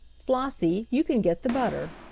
flossie, you can get the butter.